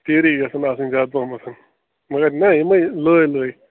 تیٖرٕے گژھن آسٕنۍ زیادٕ پَہمَتھ مگر نہ یِمَے لٲے لٲے